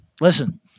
listen